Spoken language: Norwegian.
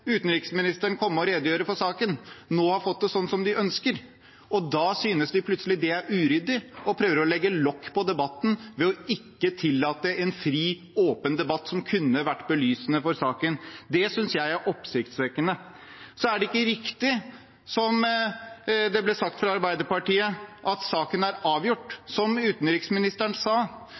utenriksministeren komme og redegjøre for saken, nå har fått det sånn som de ønsker, og da synes de plutselig det er uryddig og prøver å legge lokk på debatten ved ikke å tillate en fri, åpen debatt som kunne vært belysende for saken. Det synes jeg er oppsiktsvekkende. Så er det ikke riktig som det ble sagt fra Arbeiderpartiet, at saken er avgjort. Som utenriksministeren sa,